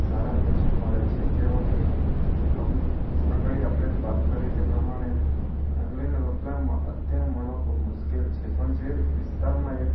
સારા taste મળે છે જેવો કે આગળી આપણે વાત કરી તે પ્રમાણે આમ નાગલીના રોટલા મ અત્યારે મળવા ખૂબ મુશ્કેલ છે પણ જે વિસ્તારમાં એ